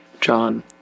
John